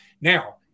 Now